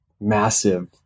massive